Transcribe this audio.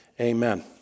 Amen